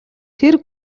тэр